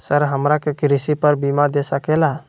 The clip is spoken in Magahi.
सर हमरा के कृषि पर बीमा दे सके ला?